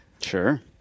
Sure